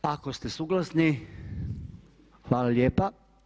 Ako ste suglasni, hvala lijepa.